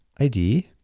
id.